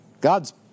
God's